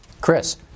Chris